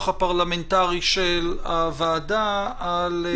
הפרלמנטרי של הוועדה על חקיקת הקורונה.